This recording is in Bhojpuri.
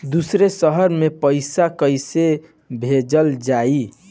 दूसरे शहर में पइसा कईसे भेजल जयी?